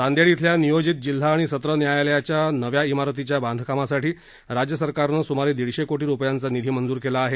नांदेड इथल्या नियोजित जिल्हा आणि सत्र न्यायालयाच्या नवीन इमारतीच्या बांधकामासाठी राज्य सरकारनं सुमारे दीडशे कोटी रुपयांचा निधी मंजूर केला आहे